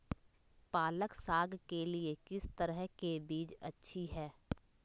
पालक साग के लिए किस तरह के बीज अच्छी है?